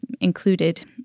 included